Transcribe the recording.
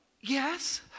Yes